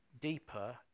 deeper